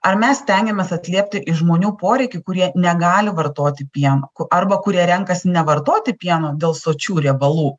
ar mes stengiamės atliepti į žmonių poreikį kurie negali vartoti pieno ku arba kurie renkasi nevartoti pieno dėl sočių riebalų